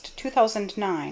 2009